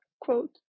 quote